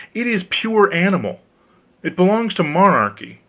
it is pure animal it belongs to monarchy,